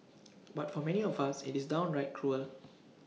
but for many of us IT is downright cruel